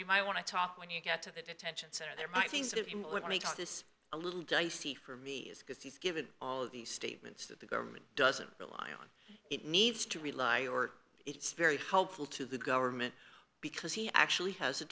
you might want to talk when you get to the detention center there i think that would make this a little dicey for me because he's given all of these statements that the government doesn't rely on it needs to rely or it's very helpful to the government because he actually has a